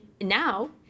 now